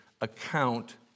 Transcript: account